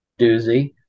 doozy